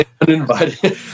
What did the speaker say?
uninvited